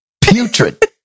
Putrid